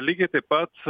lygiai taip pat